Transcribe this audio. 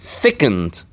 thickened